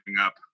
up